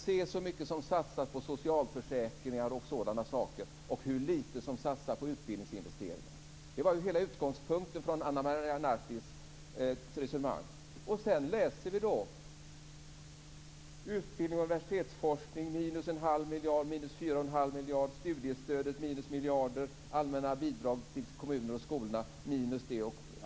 Se hur mycket som satsas på socialförsäkringar och sådant och hur lite som satsas på utbildningsinvesteringar! Det var utgångspunkten för hela hennes resonemang. Men sedan kan vi läsa: Utbildning och universitetsforskning: minus 1⁄2 miljard, studiestöd: minus miljarder, allmänna bidrag till kommuner och skolor: ytterligare minus.